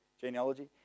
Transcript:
genealogy